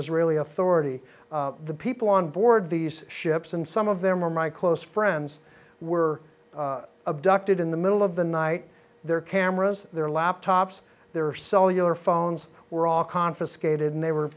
israeli authority the people on board these ships and some of them are my close friends were abducted in the middle of the night their cameras their laptops their cellular phones were all confiscated and they were